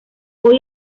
hoy